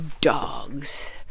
dogs